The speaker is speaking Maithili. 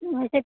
वैसे